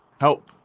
help